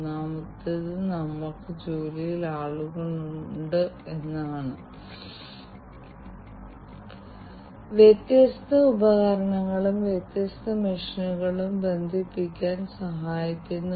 അതിനാൽ ഇത് വിവിധ ഹെൽത്ത് കെയർ ഫിസിയോളജിക്കൽ മോണിറ്ററിംഗ് സെൻസറുകളുടെ ഒരു പ്രയോഗമാണ് ഇത് ആശുപത്രികൾ പോലുള്ള ആരോഗ്യ പരിപാലന കേന്ദ്രങ്ങളിൽ ഡോക്ടർമാരും നഴ്സുമാരും വിവിധ രോഗികളുടെ ആരോഗ്യസ്ഥിതി തുടർച്ചയായി നിരീക്ഷിക്കുന്നതിന് ഉപയോഗിക്കാം